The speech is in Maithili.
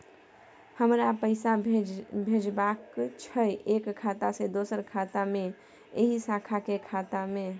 हमरा पैसा भेजबाक छै एक खाता से दोसर खाता मे एहि शाखा के खाता मे?